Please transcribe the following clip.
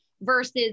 versus